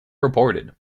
reported